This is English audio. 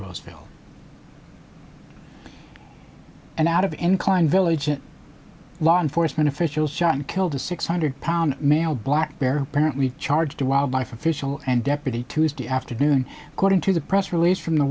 roseville and out of incline village and law enforcement officials shot and killed a six hundred pound male black bear apparently charged to wildlife official and deputy tuesday afternoon according to the press release from the